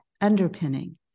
underpinning